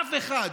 אף אחד.